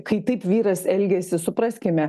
kai taip vyras elgiasi supraskime